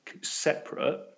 separate